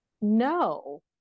No